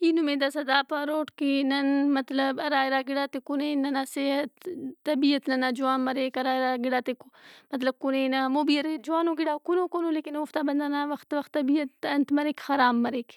ای نمے داسا دا پاروٹ کہ نن مطلب ہرا ہرا گِڑاتے کُنین ننا صحت، طبیعت ننا جوان مریک۔ ہرا ہرا گِڑاتے مطلب کُنینہ ہمو بھی اریر جوانو گِڑا اوکُنوکون او۔ لیکن اوفتا نا بندغ نا وخت وخت طبیعت انت مریک، خراب مریک۔